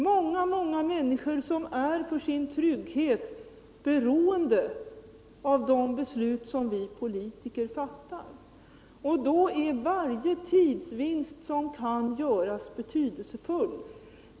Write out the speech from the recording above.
Många människor är för sin trygghet beroende av de beslut som vi politiker fattar, och då är varje tidsvinst som kan göras betydelsefull.